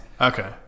Okay